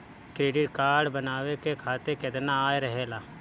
Credit card बनवाए के खातिर केतना आय रहेला?